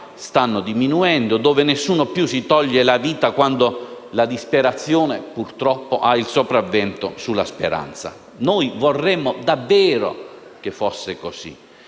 stanno diminuendo e dove nessuno più si toglie la vita quando la disperazione, purtroppo, ha il sopravvento sulla speranza. Noi vorremmo davvero che fosse così,